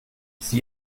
sie